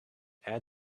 add